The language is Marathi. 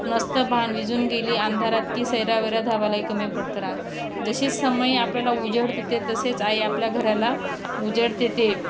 नस्त भान विजून गेली आंधारात की सैरा वेरा धावालाही कमी पडत राह जशी संय आपल्याला उजड देते तसेच आई आपल्या घराला उजड देते